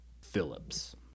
Phillips